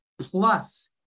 plus